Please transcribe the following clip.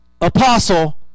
apostle